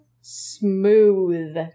smooth